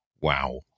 Wow